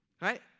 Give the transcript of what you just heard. Right